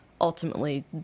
ultimately